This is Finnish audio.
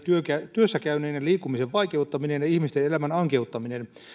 työssäkäynnin ja liikkumisen vaikeuttaminen ja ihmisten elämän ankeuttaminen